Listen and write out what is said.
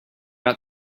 got